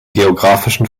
geographischen